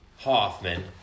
Hoffman